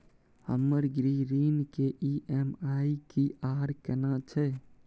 हमर गृह ऋण के ई.एम.आई की आर केना छै?